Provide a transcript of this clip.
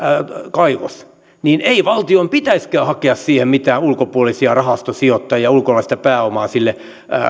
kaivos niin ei valtion pitäisikään hakea siihen mitään ulkopuolisia rahastosijoittajia ulkolaista pääomaa sille